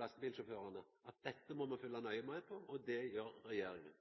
lastebilsjåførane i at dette må me følgja nøye med på – og det gjer regjeringa.